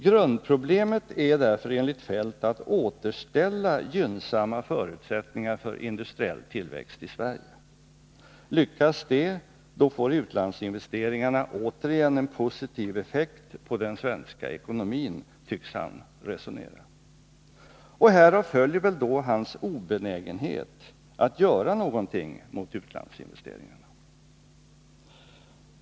Grundproblemet är därför enligt Feldt att återställa gynnsamma förutsättningar för industriell tillväxt i Sverige. Lyckas det, då får utlandsinvesteringarna återigen en positiv effekt på den svenska ekonomin, tycks han resonera. Och härav följer väl då hans obenägenhet att göra någonting mot utlandsinvesteringarna.